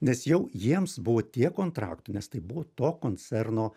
nes jau jiems buvo tiek kontraktų nes tai buvo to koncerno